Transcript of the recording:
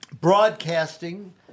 broadcasting